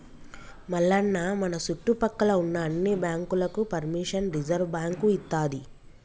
మల్లన్న మన సుట్టుపక్కల ఉన్న అన్ని బాంకులకు పెర్మిషన్ రిజర్వ్ బాంకు ఇత్తది